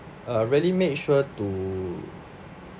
uh really make sure to